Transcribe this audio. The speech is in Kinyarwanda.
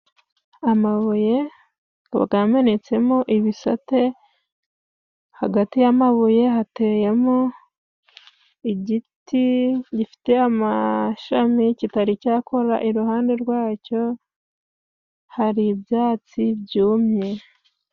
Amabuye gwamenetsemo ibisate, hagati y'amabuye hateyemo igiti gifite amashami kitari cyakora, iruhande rwacyo hari ibyatsi byumye.